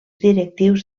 directius